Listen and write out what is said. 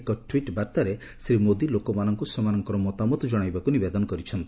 ଏକ ଟ୍ୱିଟ୍ ବାର୍ଭାରେ ଶ୍ରୀ ମୋଦି ଲୋକମାନଙ୍ଙୁ ସେମାନଙ୍କର ମତାମତ ଜଣାଇବାକୁ ନିବେଦନ କରିଛନ୍ତି